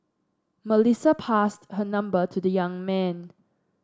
Melissa passed her number to the young man